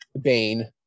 Bane